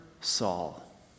Saul